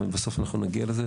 ובסוף אנחנו נגיע לזה,